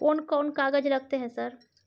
कोन कौन कागज लगतै है सर?